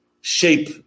shape